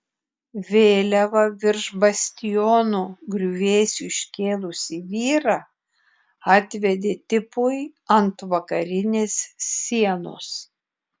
vėliavą virš bastiono griuvėsių iškėlusį vyrą atvedė tipui ant vakarinės sienos